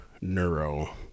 neuro